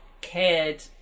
cared